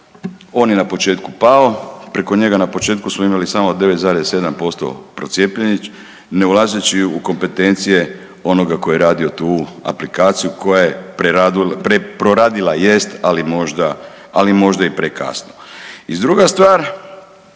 on je na početku pao, preko njega na početku smo imali samo 9,7% procijepljenih ne ulazeći u kompetencije onoga tko je radio tu aplikaciju koja je proradila jest ali možda i prekasno. I druga stvar